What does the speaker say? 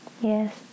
Yes